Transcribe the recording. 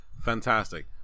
fantastic